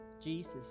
Jesus